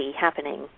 happening